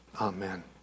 Amen